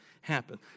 happen